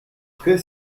très